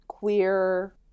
queer